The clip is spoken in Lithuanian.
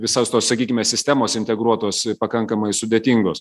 visos tos sakykime sistemos integruotos pakankamai sudėtingos